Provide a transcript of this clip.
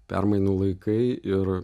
permainų laikai ir